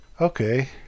okay